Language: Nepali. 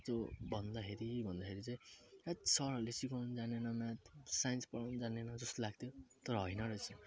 यस्तो भन्दाखेरि भन्दाखेरि चाहिँ अलिक सरहरूले सिकाउनु जानेन म्याथ साइन्स पढाउनु जानेन जस्तो लाग्थ्यो तर हैन रहेछ